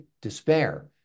despair